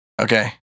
Okay